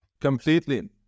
Completely